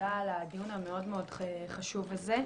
תודה על הדיון החשוב הזה.